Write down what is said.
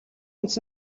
үндэс